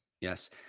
yes